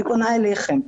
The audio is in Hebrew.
אני פונה אליכם,